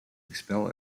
expel